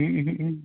ᱦᱮᱸ ᱦᱮᱸ